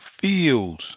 fields